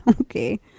Okay